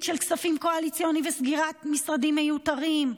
של כספים קואליציוניים וסגירת משרדים מיותרים.